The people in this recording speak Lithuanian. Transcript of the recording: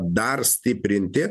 dar stiprinti